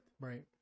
Right